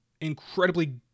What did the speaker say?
incredibly